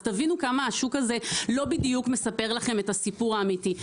אז תבינו כמה השוק הזה לא בדיוק מספר את הסיפור האמיתי.